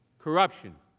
corruption.